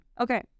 Okay